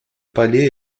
palais